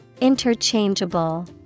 Interchangeable